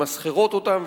ממסחרות אותן,